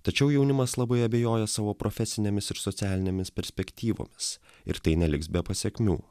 tačiau jaunimas labai abejoja savo profesinėmis ir socialinėmis perspektyvomis ir tai neliks be pasekmių